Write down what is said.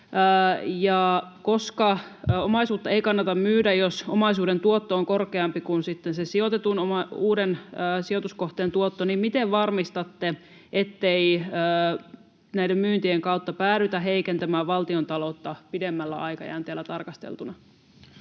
koska omaisuutta ei kannata myydä, jos omaisuuden tuotto on korkeampi kuin sitten sen uuden sijoituskohteen tuotto, niin miten varmistatte, ettei näiden myyntien kautta päädytä heikentämään valtiontaloutta pidemmällä aikajänteellä tarkasteltuna?